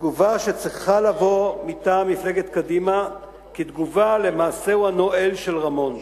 לתגובה שצריכה לבוא מטעם מפלגת קדימה כתגובה למעשהו הנואל של רמון.